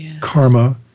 karma